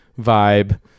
vibe